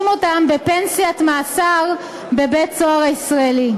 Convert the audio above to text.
אותם בפנסיית-מאסר בבית-סוהר הישראלי?